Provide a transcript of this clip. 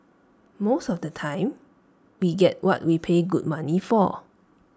most of the time we get what we pay good money for